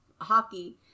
hockey